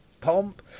pomp